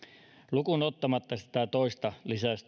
lukuun ottamatta sitä toista